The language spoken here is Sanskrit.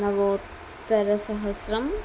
नवोत्तरसहस्रम्